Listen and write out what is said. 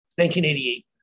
1988